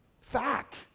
Fact